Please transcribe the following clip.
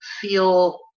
feel